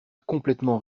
complètement